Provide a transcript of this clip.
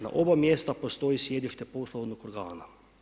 Na oba mjesta postoji sjedište poslovnog organa.